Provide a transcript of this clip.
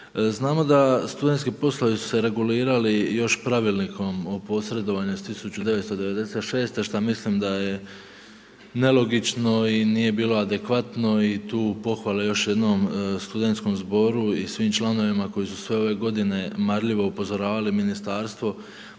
Znamo da studentski poslovi su se regulirali još pravilnikom o posredovanju iz 1996. šta mislim da je nelogično i nije bilo adekvatno i tu pohvale još jednom studentskom zboru i svim članovima koji su sve ove godine marljivo upozoravali ministarstvo